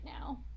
now